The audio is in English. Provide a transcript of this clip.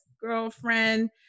girlfriend